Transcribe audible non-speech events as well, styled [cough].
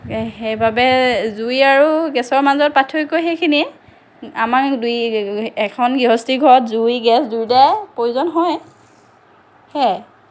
এই সেইবাবে জুই আৰু গেছৰ মাজৰ পাৰ্থক্য সেইখিনিয়েই আমাৰ [unintelligible] এখন গৃহস্থী ঘৰত জুই গেছ দুইটাই প্ৰয়োজন হয় সেয়াই